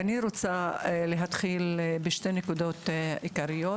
אני רוצה להתחיל בשתי נקודות עיקריות: